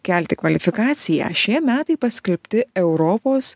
kelti kvalifikaciją šie metai paskelbti europos